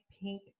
pink